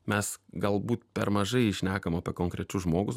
mes galbūt per mažai šnekam apie konkretų žmogų